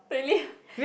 really